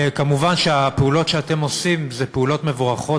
מובן שהפעולות שאתם עושים הן פעולות מבורכות,